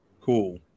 cool